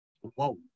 Whoa